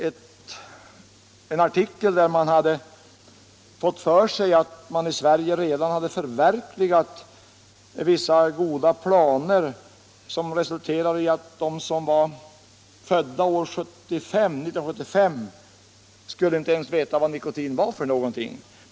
Artikeln visade att man där hade fått för sig att vi Sverige redan hade förverkligat vissa goda planer, som skulle ha resulterat i att de som var födda år 1975 inte ens skulle få lära sig vad nikotin var för någonting.